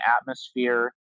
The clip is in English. atmosphere